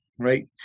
Right